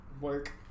Work